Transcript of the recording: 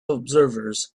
observers